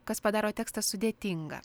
kas padaro tekstą sudėtingą